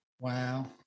Wow